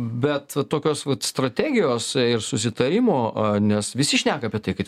bet tokios vat strategijos ir susitarimo nes visi šneka apie tai kad